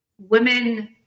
women